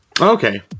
Okay